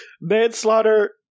Manslaughter